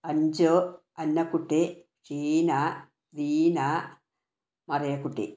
Anju Annakutty Sheena Leena Mariyakutty